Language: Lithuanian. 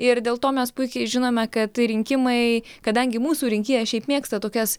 ir dėl to mes puikiai žinome kad tai rinkimai kadangi mūsų rinkėjas šiaip mėgsta tokias